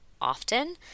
often